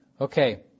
Okay